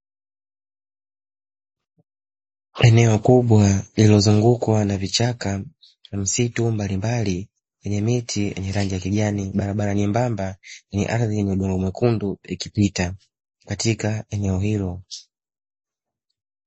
Eneo kubwa lililozungukwa na vichaka, misitu mbalimbali yenye miti ya rangi ya kijani, barabara nyembamba yenye udongo mwekundu ukipita eneo hilo.